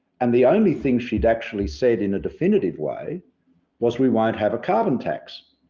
and the only thing she'd actually said in a definitive way was we won't have a carbon tax.